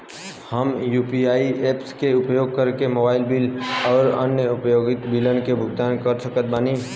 हम UPI apps के उपयोग करके मोबाइल बिल आउर अन्य उपयोगिता बिलन के भुगतान कर सकत बानी